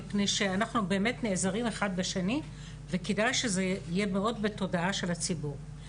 אנחנו באמת נעזרים אחד בשני וכדאי שזה יהיה מאוד בתודעה של הציבור,